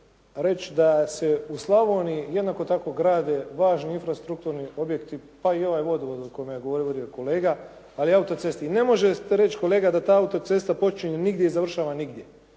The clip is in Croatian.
reći da se u Slavoniji jednako tako grade važni infrastrukturni objekti, pa i ovaj vodovod o kojem je govorio kolega, ali i o autocesti. Ali ne možete reći kolega da ta autocesta ne počinje nigdje i završava nigdje.